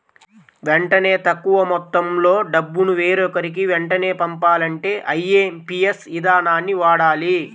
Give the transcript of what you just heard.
వెంటనే తక్కువ మొత్తంలో డబ్బును వేరొకరికి వెంటనే పంపాలంటే ఐఎమ్పీఎస్ ఇదానాన్ని వాడాలి